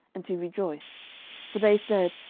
and to rejoice for they said,